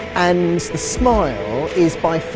and the smile is by far